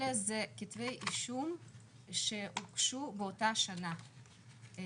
אלא אלה כתבי אישום שהוגשו באותה שנה,